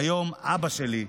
וכיום אבא שלי,